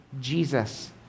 Jesus